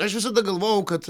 aš visada galvojau kad